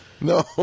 no